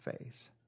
phase